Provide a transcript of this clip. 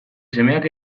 semeak